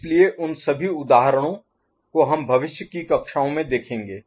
इसलिए उन सभी उदाहरणों को हम भविष्य की कक्षाओं में देखेंगे